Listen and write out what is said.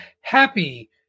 happy